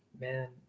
man